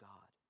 God